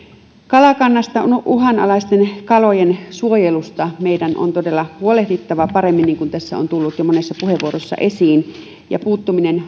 kalakannasta uhanalaisten kalojen suojelusta meidän on todella huolehdittava paremmin niin kuin tässä on tullut jo monessa puheenvuorossa esiin ja puuttuminen